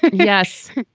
yes.